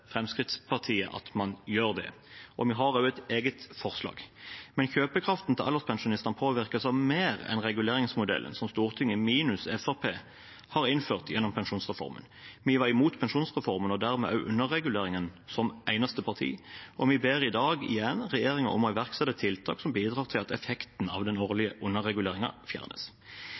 Fremskrittspartiet at man gjør det, og vi har også et eget forslag. Men kjøpekraften til alderspensjonistene påvirkes av mer enn reguleringsmodellen som Stortinget minus Fremskrittspartiet har innført gjennom pensjonsreformen. Vi var imot pensjonsreformen og dermed også underreguleringen, som eneste parti, og vi ber i dag igjen regjeringen om å iverksette tiltak som bidrar til at effekten av den årlige underreguleringen fjernes.